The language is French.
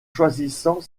choisissant